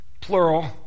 Plural